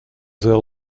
heures